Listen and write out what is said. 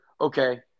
okay